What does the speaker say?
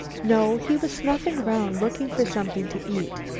no. he was snuffing around looking for something to eat.